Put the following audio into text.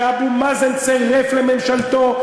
שאבו מאזן צירף לממשלתו,